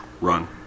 run